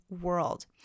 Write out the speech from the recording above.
World